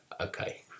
okay